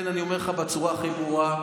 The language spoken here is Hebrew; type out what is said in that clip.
כשאנחנו רצינו להביא 100% ללוחמים,